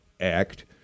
Act